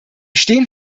stehen